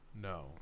No